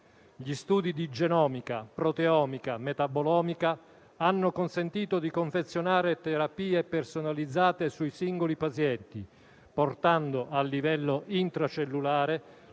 Gli studi di genomica, proteomica e metabolomica hanno consentito di confezionare terapie personalizzate sui singoli pazienti, portando a livello intracellulare